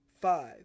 five